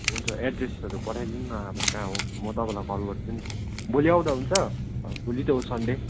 हुन्छ एड्रेसहरू पठाइदिनु न अब कहाँ हो म तपाईँलाई कल गर्छु नि भोलि आउँदा हुन्छ अँ भोलि त हो सन्डे